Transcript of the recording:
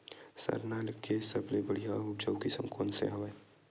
सरना के सबले बढ़िया आऊ उपजाऊ किसम कोन से हवय?